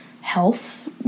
health